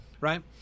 right